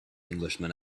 englishman